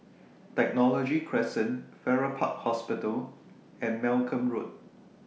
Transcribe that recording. Technology Crescent Farrer Park Hospital and Malcolm Road